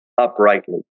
uprightly